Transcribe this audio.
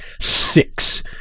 six